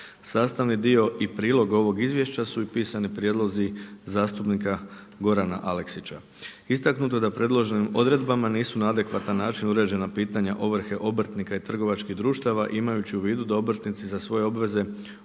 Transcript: Sastavni dio i prilog ovog izvješća su i pisani prijedlozi zastupnika Gorana Aleksića. Istaknuto je da predloženim odredbama nisu na adekvatan način uređena pitanja ovrhe obrtnika i trgovačkih društava, imajući u vidu da obrtnici za svoje obveze